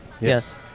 Yes